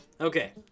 Okay